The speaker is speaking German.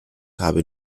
habe